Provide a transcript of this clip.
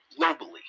globally